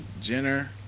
Jenner